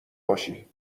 باشی